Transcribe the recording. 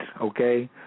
okay